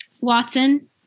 Watson